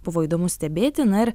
buvo įdomu stebėti na ir